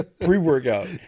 Pre-workout